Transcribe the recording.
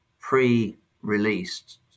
pre-released